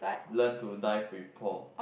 learn to dive with Paul